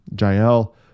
Jael